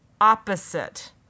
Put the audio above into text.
opposite